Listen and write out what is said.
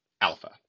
Alpha